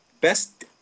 Best